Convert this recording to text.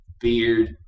Beard